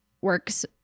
works